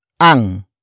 Ang